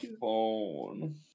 phone